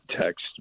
text